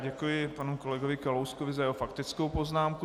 Děkuji panu kolegovi Kalouskovi za jeho faktickou poznámku.